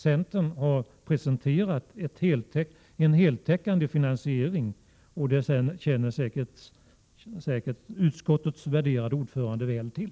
Centern har presenterat en heltäckande finansiering, och det känner säkert utskottets värderade ordförande väl till.